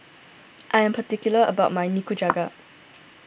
I am particular about my Nikujaga